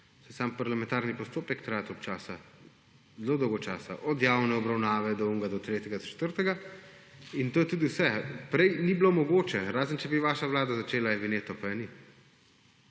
sam parlamentarni postopek traja toliko časa, zelo dolgo časa: od javne obravnave, do onega, do tretjega, do četrtega in to je tudi vse. Prej ni bilo mogoče, razen če bi vaša vlada začela e-vinjeto, pa je ni.